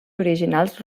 originals